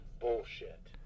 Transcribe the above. bullshit